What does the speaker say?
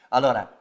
Allora